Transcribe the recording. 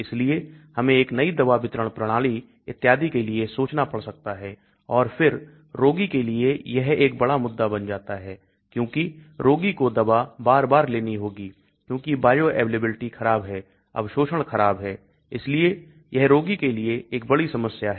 इसलिए हमें एक नई दवा वितरण प्रणाली इत्यादि के लिए सोचना पड़ सकता है और फिर रोगी के लिए यह एक बड़ा मुद्दा बन जाता है क्योंकि रोगी को दबा बार बार लेनी होगी क्योंकि बायोअवेलेबिलिटी खराब है अवशोषण खराब है इसलिए यह रोगी के लिए एक बड़ी समस्या है